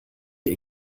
ihr